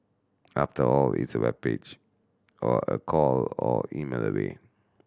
after all it's a web page or a call or email away